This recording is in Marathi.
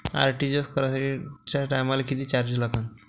आर.टी.जी.एस कराच्या टायमाले किती चार्ज लागन?